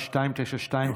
292,